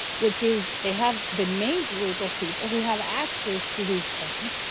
which is they have the main group of people who have access to these things.